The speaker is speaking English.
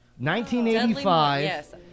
1985